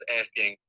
asking